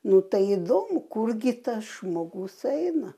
nu tai įdomu kurgi tas žmogus eina